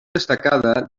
destacada